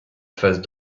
face